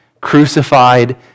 crucified